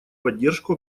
поддержку